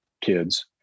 kids